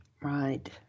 right